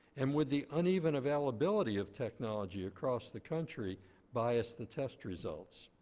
and would the uneven availability of technology across the country bias the test results?